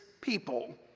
people